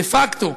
דה-פקטו,